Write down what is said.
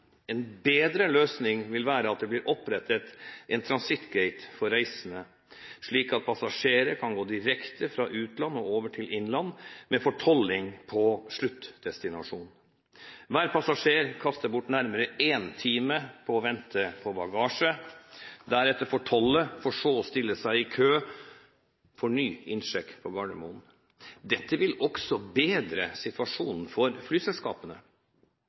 En bedre løsning ville være at det ble opprettet en «transit gate» for reisende, slik at passasjerer kan gå direkte fra utland og over til innland med fortolling på sluttdestinasjon. Hver passasjer kaster bort nærmere én time på å vente på bagasjen, for deretter å fortolle og så stille seg i kø for ny innsjekk på Gardermoen. Dette vil også bedre situasjonen for flyselskapene.